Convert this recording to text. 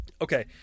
Okay